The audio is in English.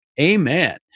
Amen